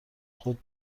خود